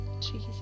Jesus